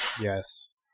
Yes